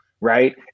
right